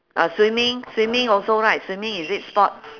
uh swimming swimming also right swimming is it sports